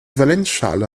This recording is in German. valenzschale